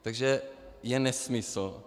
Takže je nesmysl.